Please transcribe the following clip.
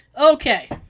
okay